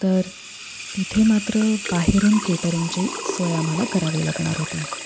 तर तिथे मात्र बाहेरून केटरिंगची सोय आम्हाला करावी लागणार होती